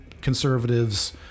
conservatives